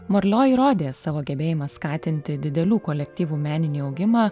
marlio įrodė savo gebėjimą skatinti didelių kolektyvų meninį augimą